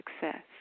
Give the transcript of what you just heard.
success